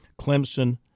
Clemson